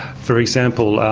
for example,